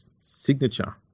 signature